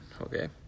Okay